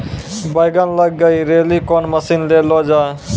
बैंगन लग गई रैली कौन मसीन ले लो जाए?